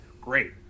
Great